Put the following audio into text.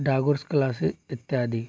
डागोर्स classes इत्यादि